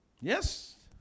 Yes